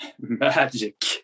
magic